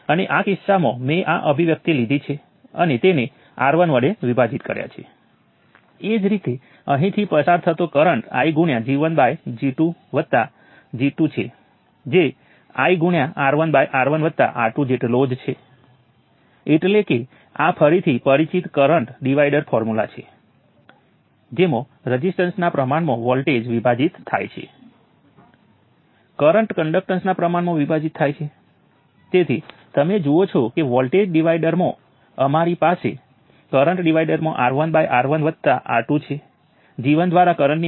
હવે મૂળભૂત રીતે મારે જે લખવાનું છે તે દાખલા તરીકે મારે અહીં કરંટ લખવું છે ચાલો હું તેને અત્યારે માટે I11 કહું અને ત્યાંનો કરંટ I12 જે ઈન્ડિપેન્ડેન્ટસોર્સમાંથી આવતા કરંટની બરાબર હોવો જોઈએ